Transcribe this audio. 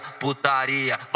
putaria